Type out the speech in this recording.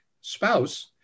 spouse